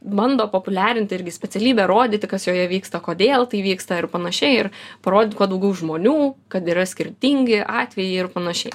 bando populiarinti irgi specialybę rodyti kas joje vyksta kodėl tai vyksta ir panašiai ir parodyt kuo daugiau žmonių kad yra skirtingi atvejai ir panašiai